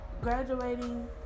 graduating